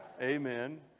amen